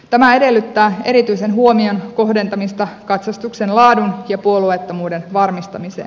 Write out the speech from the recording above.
tämä edellyttää erityisen huomion kohdentamista katsastuksen laadun ja puolueettomuuden varmistamiseen